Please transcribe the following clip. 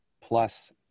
Plus